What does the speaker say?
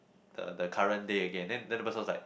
the the current day again then then the person was like